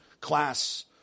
class